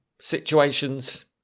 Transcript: situations